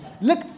look